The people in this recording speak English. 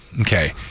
Okay